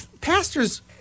pastors